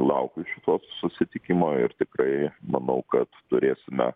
laukiu šito susitikimo ir tikrai manau kad turėsime